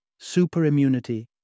superimmunity